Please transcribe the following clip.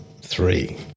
three